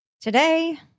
Today